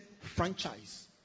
franchise